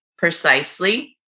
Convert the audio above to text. precisely